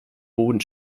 boden